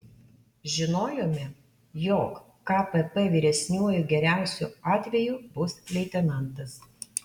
žinojome jog kpp vyresniuoju geriausiu atveju bus leitenantas